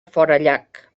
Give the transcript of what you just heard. forallac